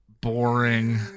boring